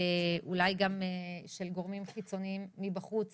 אולי גם של גורמים חיצוניים מבחוץ